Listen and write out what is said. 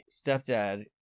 stepdad